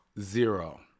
Zero